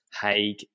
Haig